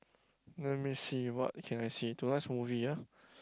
let me see what can I see to watch movie ah